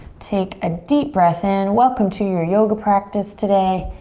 take a deep breath in. welcome to your yoga practice today.